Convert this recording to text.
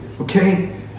okay